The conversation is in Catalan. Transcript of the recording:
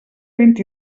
vint